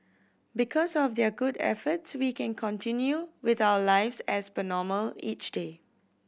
because of their good efforts we can continue with our lives as per normal each day